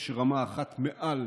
שיש רמה אחת מעל